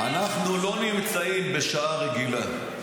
אנחנו לא נמצאים בשעה רגילה.